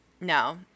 No